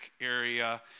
area